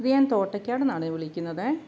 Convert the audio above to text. ഇത് ഞാൻ തോട്ടക്കാടുന്നാണെ വിളിക്കുന്നതേ